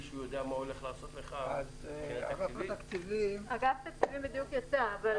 שהוא יודע מה הוא הולך לעשות לך --- נציג אגף התקציבים בדיוק יצא.